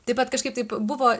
taip vat kažkaip taip buvo